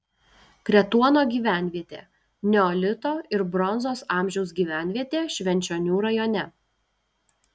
kretuono gyvenvietė neolito ir bronzos amžiaus gyvenvietė švenčionių rajone